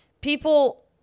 People